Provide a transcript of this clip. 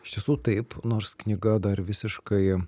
iš tiesų taip nors knyga dar visiškai